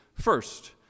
First